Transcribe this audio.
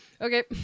Okay